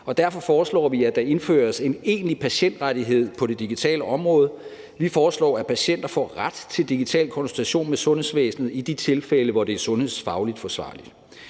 derfor foreslår vi, at der indføres en egentlig patientrettighed på det digitale område: Vi foreslår, at patienter får ret til digital konsultation med sundhedsvæsenet i de tilfælde, hvor det er sundhedsfagligt forsvarligt.